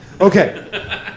Okay